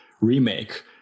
remake